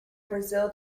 brazil